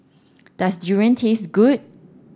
does durian taste good